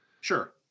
Sure